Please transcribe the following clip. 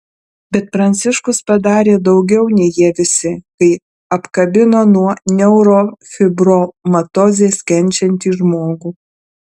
bet pranciškus padarė daugiau nei jie visi kai apkabino nuo neurofibromatozės kenčiantį žmogų